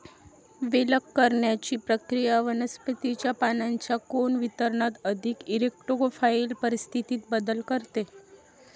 विलग करण्याची प्रक्रिया वनस्पतीच्या पानांच्या कोन वितरणात अधिक इरेक्टोफाइल परिस्थितीत बदल करते